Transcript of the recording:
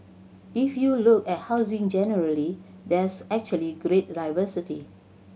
if you look at housing in generally there's actually great diversity